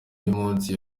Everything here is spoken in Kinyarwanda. y’umunsi